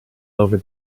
over